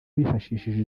bifashishije